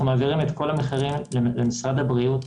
אנחנו מעבירים את כל המחירים למשרד הבריאות.